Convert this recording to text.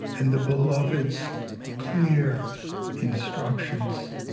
and the beloved's clear instructions